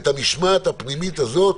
את המשמעת הפנימית הזאת.